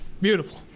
Beautiful